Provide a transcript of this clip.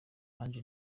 ange